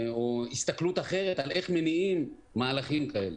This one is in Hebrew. הסתכלות אחרת על איך מניעים מהלכים כאלה.